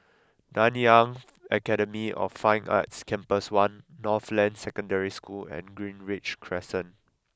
Nanyang Academy of Fine Arts Campus One Northland Secondary School and Greenridge Crescent